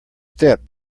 step